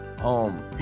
home